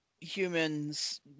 humans